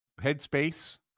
headspace